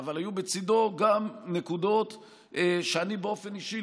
אבל היו בצידו גם נקודות שאני באופן אישי,